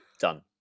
Done